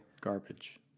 Garbage